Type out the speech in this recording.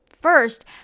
First